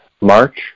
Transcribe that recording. March